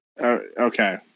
Okay